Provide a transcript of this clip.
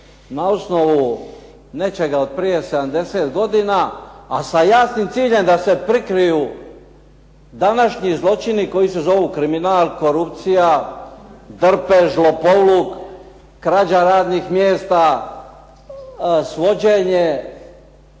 na osnovu nečega od prije 70 godina, a sa jasnim ciljem da se prikriju današnji zločini koji se zovu kriminal, korupcija, drpež, lopovluk, krađa radnih mjesta, svođenje